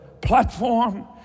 platform